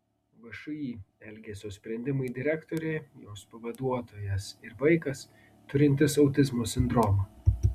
všį elgesio sprendimai direktorė jos pavaduotojas ir vaikas turintis autizmo sindromą